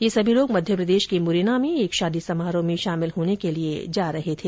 ये सभी लोग मध्यप्रदेश के मुरैना में एक शादी समारोह में शामिल होने के लिए जा रहे थे